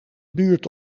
buurt